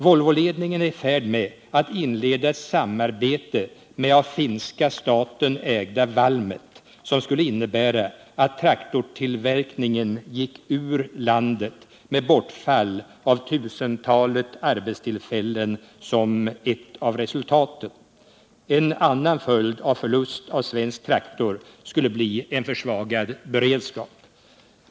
Volvoledningen är i färd med att inleda ett samarbete med av finska staten ägda Valmet, som skulle innebära att traktortillverkningen gick ur landet med bortfall av tusentalet arbetstillfällen som ett av resultaten. En annan följd av förlusten av en svensk traktortillverkning skulle bli en försvagad beredskap.